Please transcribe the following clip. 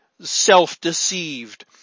self-deceived